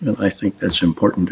and i think that's important